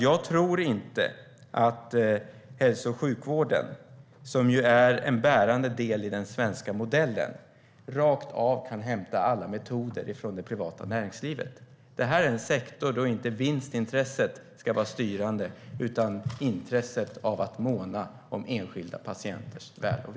Jag tror inte att hälso och sjukvården, som ju är en bärande del i den svenska modellen, rakt av kan hämta alla metoder från det privata näringslivet. Det här är en sektor där det styrande inte ska vara vinstintresset utan intresset av att måna om enskilda patienters väl och ve.